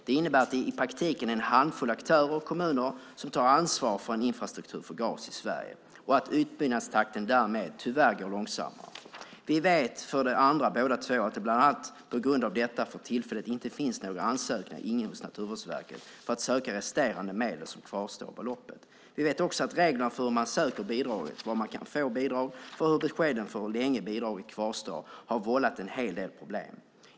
Det innebär att det i praktiken är en handfull aktörer och kommuner som tar ansvar för en infrastruktur för gas i Sverige och att utbyggnadstakten därmed, tyvärr, är långsammare. Vi vet, för det andra, att det bland annat på grund av detta för tillfället inte finns några ansökningar inne hos Naturvårdsverket om bidrag från resterande medel som kvarstår av beloppet. Vi vet också att reglerna för hur man söker bidrag, var man kan få bidrag och beskeden för hur länge bidraget kvarstår har vållat en hel del problem.